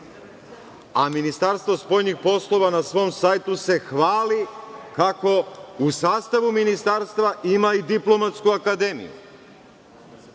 a Ministarstvo spoljnih poslova na svom sajtu se hvali kako u sastavu ministarstva ima i Diplomatsku akademiju